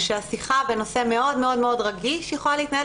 והשיחה בנושא מאוד-מאוד-מאוד רגיש יכולה להתנהל